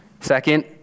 Second